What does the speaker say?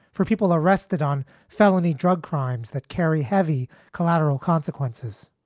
four people arrested on felony drug crimes that carry heavy collateral consequences.